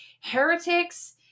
heretics